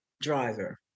driver